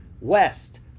West